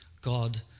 God